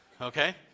okay